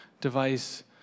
device